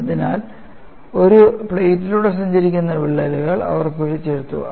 അതിനാൽ ഒരു പ്ലേറ്റിലൂടെ സഞ്ചരിക്കുന്ന വിള്ളലുകൾ അവർ പിടിച്ചെടുത്തു